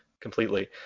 completely